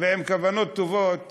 ועם כוונות טובות